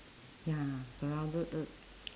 ya surrounded